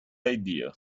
idea